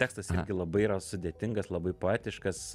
tekstas irgi labai yra sudėtingas labai poetiškas